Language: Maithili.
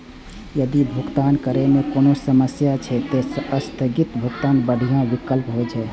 यदि भुगतान करै मे कोनो समस्या छै, ते स्थगित भुगतान बढ़िया विकल्प होइ छै